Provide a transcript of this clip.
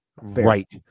right